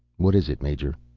what is it, major?